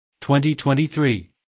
2023